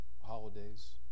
holidays